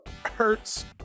hurts